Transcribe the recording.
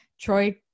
Troy